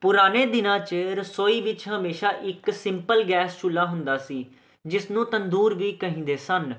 ਪੁਰਾਣੇ ਦਿਨਾਂ 'ਚ ਰਸੋਈ ਵਿੱਚ ਹਮੇਸ਼ਾ ਇੱਕ ਸਿੰਪਲ ਗੈਸ ਚੁੱਲ੍ਹਾ ਹੁੰਦਾ ਸੀ ਜਿਸ ਨੂੰ ਤੰਦੂਰ ਵੀ ਕਹਿੰਦੇ ਸਨ